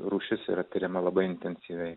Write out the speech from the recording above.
rūšis yra tiriama labai intensyviai